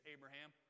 Abraham